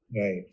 Right